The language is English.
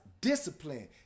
discipline